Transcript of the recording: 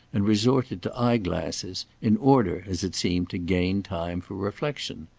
and resorted to eye-glasses, in order, as it seemed, to gain time for reflection.